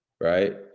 right